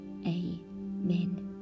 Amen